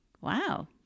wow